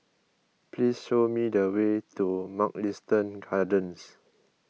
please show me the way to Mugliston Gardens